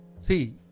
See